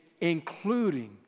including